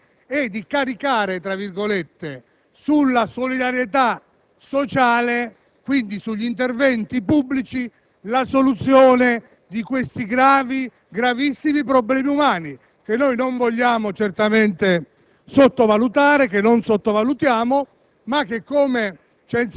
soggettivo, i provvedimenti di sospensione degli sfratti, "caricando" - tra virgolette - sulla solidarietà sociale, e quindi sugli interventi pubblici, la soluzione di questi gravissimi problemi umani, che non vogliamo certamente